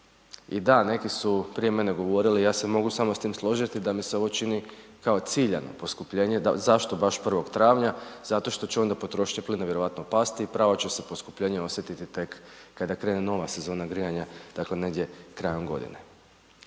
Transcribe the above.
I da, neki su prije mene govorili, ja se mogu samo s tim složiti da mi se ovo čini kao ciljano poskupljenje da zašto baš 1. travnja, zato što će onda potrošnja plina vjerovatno pasti, pravo će se poskupljenje osjetiti tek kada krene nova sezona grijanja, dakle negdje krajem godine.